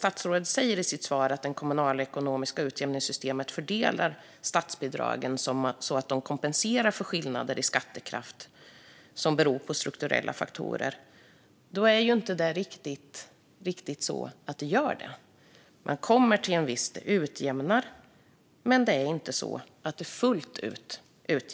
Statsrådet sa i sitt svar att det kommunalekonomiska utjämningssystemet fördelar statsbidragen så att de kompenserar för skillnader i skattekraft som beror på strukturella faktorer, men så är det inte riktigt. Visst utjämnar det, men det utjämnar inte skillnaderna fullt ut.